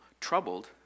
Troubled